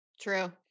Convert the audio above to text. True